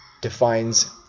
defines